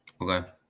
Okay